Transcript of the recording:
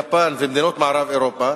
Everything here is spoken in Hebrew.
יפן ומדינות מערב-אירופה,